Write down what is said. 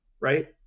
right